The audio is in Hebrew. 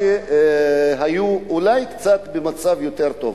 שהיו אולי במצב קצת יותר טוב.